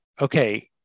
okay